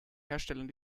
herstellern